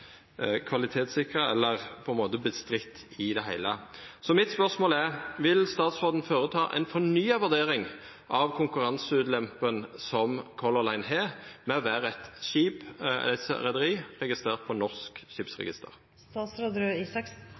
kvalitetssikra eller avviste i det heile. Mitt spørsmål er: Vil statsråden føreta ei fornya vurdering av konkurranseulempene som Color Line har med å vera eit reiarlag registrert i Norsk